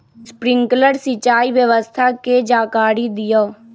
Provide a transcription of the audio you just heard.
Sprinkler सिंचाई व्यवस्था के जाकारी दिऔ?